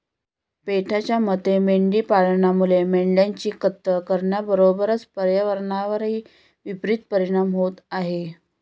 पेटाच्या मते मेंढी पालनामुळे मेंढ्यांची कत्तल करण्याबरोबरच पर्यावरणावरही विपरित परिणाम होत आहे